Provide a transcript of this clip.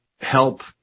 help